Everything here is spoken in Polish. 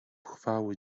chwały